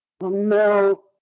No